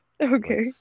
Okay